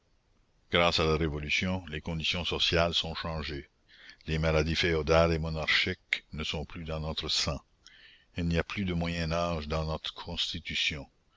grâce à la révolution les conditions sociales sont changées les maladies féodales et monarchiques ne sont plus dans notre sang il n'y a plus de moyen âge dans notre constitution